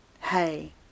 hey